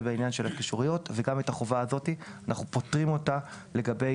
וגם את החובה הזו אנחנו פוטרים לגבי